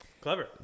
clever